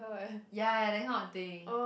ya ya that kind of thing